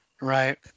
Right